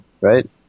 right